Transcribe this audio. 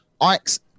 Ike's